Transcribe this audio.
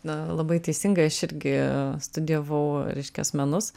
na labai teisingai aš irgi studijavau reiškias menus